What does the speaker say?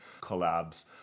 collabs